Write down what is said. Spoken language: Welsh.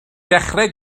dechrau